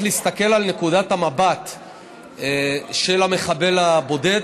להסתכל על נקודת המבט של המחבל הבודד,